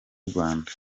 rwanda